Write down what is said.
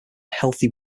healthy